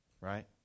Right